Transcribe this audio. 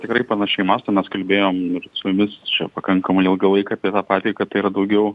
tikrai panašiai mąstom mes kalbėjom ir su jumis čia pakankamai ilgą laiką apie tą patį kad tai yra daugiau